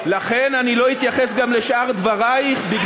אדוני השר,